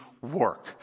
work